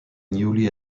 newly